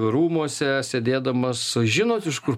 rūmuose sėdėdamas žinot iš kur